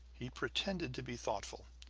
he pretended to be thoughtful.